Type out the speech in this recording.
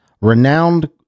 renowned